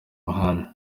muhanda